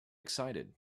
excited